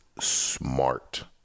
smart